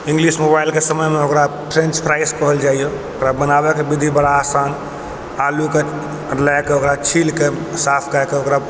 English mobile के समय मे ओकरा फ्रेञ्च फ्राइज कहल जाइ यऽ ओकरा बनाबै कऽ बिधि बड़ा असान आलू के लय कऽ ओकरा छिल कऽ साफ कय कऽ ओकरा